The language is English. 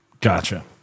Gotcha